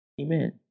Amen